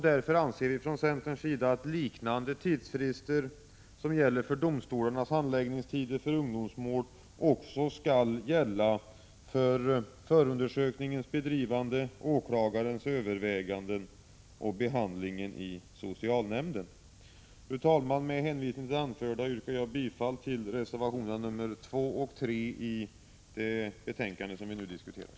Därför anser vi från centern att tidsfrister liknande dem som gäller för domstolarnas handläggning av ungdomsmål också skall gälla för förundersökningens bedrivande, åklagarens överväganden och behandlingen i socialnämnden. Fru talman! Med hänvisning till det anförda yrkar jag bifall till reservationerna 2 och 3 i det betänkande som vi nu diskuterar.